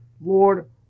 Lord